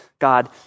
God